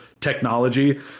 technology